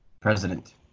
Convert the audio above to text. President